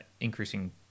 increasing